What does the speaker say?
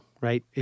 Right